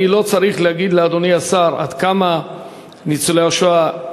אני לא צריך לומר לאדוני השר עד כמה ניצולי השואה,